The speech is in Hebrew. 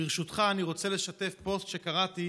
ברשותך, אני רוצה לשתף פוסט שקראתי